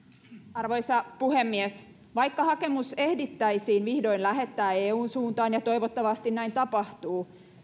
arvoisa puhemies vaikka hakemus ehdittäisiin vihdoin lähettää eun suuntaan ja toivottavasti näin tapahtuu